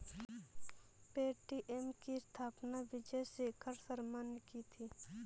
Paytm की स्थापना विजय शेखर शर्मा ने की थी